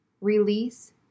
release